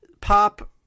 Pop